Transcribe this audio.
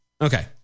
okay